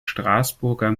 straßburger